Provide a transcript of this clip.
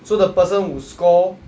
so the person who score